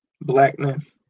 blackness